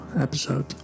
episode